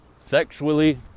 sexually